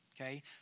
Okay